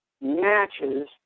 matches